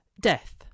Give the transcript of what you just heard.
Death